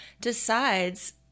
decides